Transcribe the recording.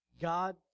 God